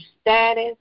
status